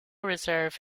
reserve